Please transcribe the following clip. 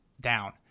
down